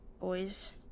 Boys